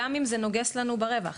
גם אם זה נוגס לנו ברווח,